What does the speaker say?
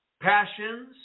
passions